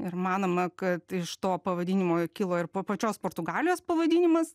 ir manoma kad iš to pavadinimo kilo ir pačios portugalijos pavadinimas